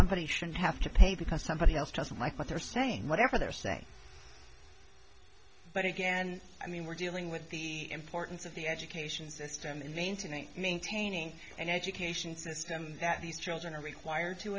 somebody should have to pay because somebody else doesn't like what they're saying whatever they're saying but again i mean we're dealing with the importance of the education system in maintaining maintaining an education system that these children are required to